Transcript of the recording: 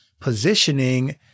positioning